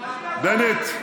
בנט,